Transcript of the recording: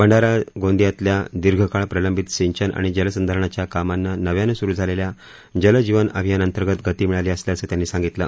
भंडारा गोदिंयातल्या दीर्घकाळ प्रलंबित सिंचन आणि जल संधारणाच्या कामांना नव्यानं सुरु झालेल्या जलजीवन अभियानाअंतर्गत गती मिळाली असल्याचं त्यांनी सांगितलं